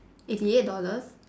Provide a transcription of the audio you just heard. eighty eight dollars